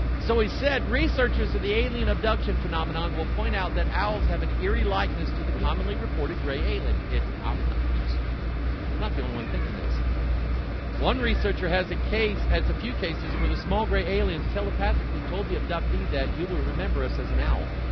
so he said researchers of the alien abduction phenomenon will point out that owls have an eerie likeness to the commonly reported grey alien it i'm not just i'm not the only one thinking this one researcher has a case as a few cases where the small grey aliens telepathically told the abductee that you will remember us as an owl